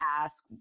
ask